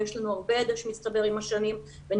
יש לנו הרבה ידע שמצטבר עם השנים ונמשיך